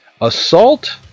assault